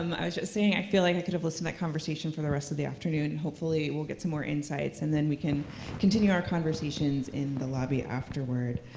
um i was just saying i feel like i could have listened to that conversation for the rest of the afternoon. hopefully we'll get some more insights, and then we can continue our conversations in the lobby afterward.